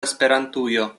esperantujo